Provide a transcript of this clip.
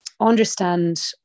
understand